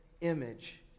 image